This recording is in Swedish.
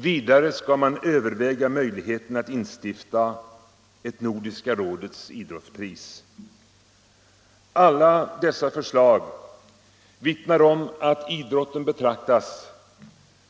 Vidare skall man överväga möjligheten att instifta ett Nordiska rådets idrottspris. Alla dessa förslag vittnar om att idrotten betraktas